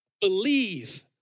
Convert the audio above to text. Believe